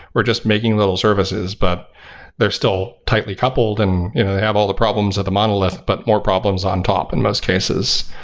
we're just making little services, but they're still tightly coupled and have all the problems of the monolith, but more problems on top in most cases.